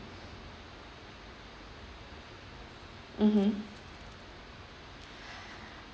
mmhmm